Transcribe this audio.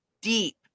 deep